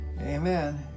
Amen